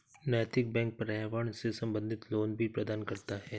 नैतिक बैंक पर्यावरण से संबंधित लोन भी प्रदान करता है